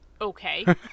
Okay